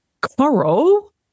Coral